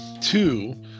two